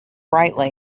brightly